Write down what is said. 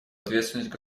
ответственность